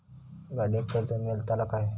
गाडयेक कर्ज मेलतला काय?